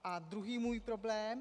A druhý můj problém.